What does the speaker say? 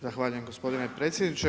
Zahvaljujem gospodine predsjedniče.